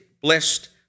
blessed